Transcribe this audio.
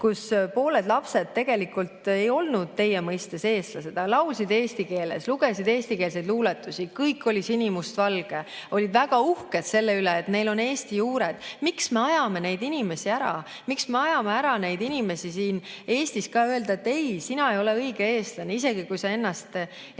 kus pooled lapsed tegelikult ei olnud teie mõistes eestlased, aga nad laulsid eesti keeles, lugesid eestikeelseid luuletusi, kõik oli sinimustvalge, oldi väga uhked selle üle, et neil on Eesti juured. Miks me ajame neid inimesi ära? Miks me ajame neid inimesi ära ka siin Eestis, öeldes, et ei, sina ei ole õige eestlane, isegi kui sa ennast eestlaseks